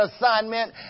assignment